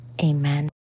amen